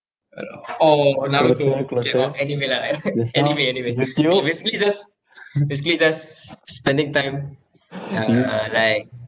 or naruto okay lah anime lah ani~ anime anime ya basically just basically just spending time uh like